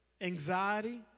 anxiety